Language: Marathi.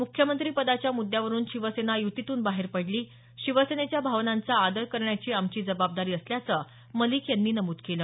मुख्यमंत्रीपदाच्या मुद्यावरुन शिवसेना युतीतून बाहेर पडली शिवसेनेच्या भावनांचा आदर करण्याची आमची जबाबदारी असल्याचं मलिक यांनी नमूद केलं